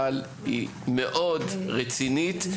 אבל היא מאוד רצינית,